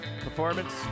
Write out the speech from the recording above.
performance